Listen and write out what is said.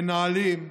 מנהלים,